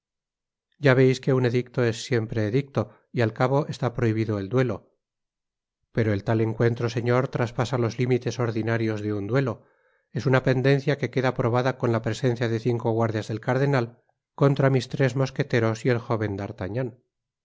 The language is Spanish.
ya veis que un edicto es siempre edicto y al cabo está prohibido el duelo pero el tal encuentro señor traspasa los límites ordinarios de un duelo es una pendencia que queda probada con la presencia de cinco guardias del cardenal contra mis tres mosqueteros y el jóven